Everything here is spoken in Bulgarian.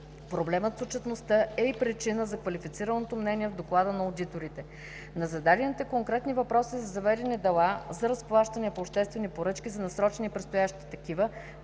Проблемът с отчетността е и причина за квалифицираното мнение в доклада на одиторите. На зададените конкретни въпроси за заведени дела, за разплащания по обществени поръчки, за насрочени и предстоящи